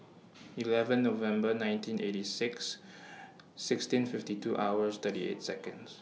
eleven November nineteen eighty six sixteen fifty two hours thirty eight Seconds